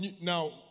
now